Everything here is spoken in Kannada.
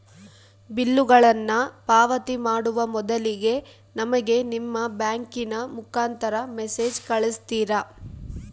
ಬಿಲ್ಲುಗಳನ್ನ ಪಾವತಿ ಮಾಡುವ ಮೊದಲಿಗೆ ನಮಗೆ ನಿಮ್ಮ ಬ್ಯಾಂಕಿನ ಮುಖಾಂತರ ಮೆಸೇಜ್ ಕಳಿಸ್ತಿರಾ?